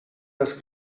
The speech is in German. das